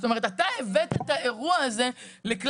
זאת אומרת אתה הבאת את האירוע הזה לכלל